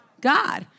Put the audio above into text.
God